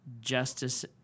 justice